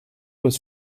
was